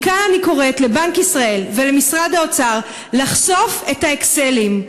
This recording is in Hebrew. מכאן אני קוראת לבנק ישראל ולמשרד האוצר לחשוף את ה"אקסלים".